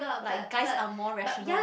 like guys are more rational